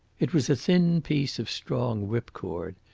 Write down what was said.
it was a thin piece of strong whipcord.